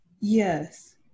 Yes